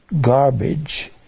garbage